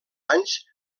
anys